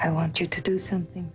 i want you to do something